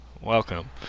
Welcome